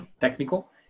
technical